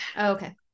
Okay